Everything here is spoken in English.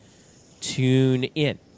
TuneIn